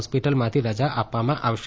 હોસ્પિટલમાંથી રજા આપવામાં આવશે